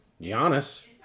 Giannis